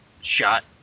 shot